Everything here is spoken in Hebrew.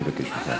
אני מבקש ממך.